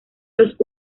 los